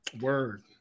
Word